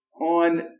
On